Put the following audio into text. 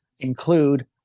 include